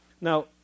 Now